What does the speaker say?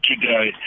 today